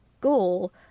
goal